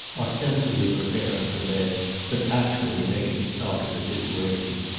ostensibly preparing for bed but actually taking stock of her situation.